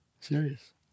Serious